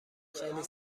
خیلی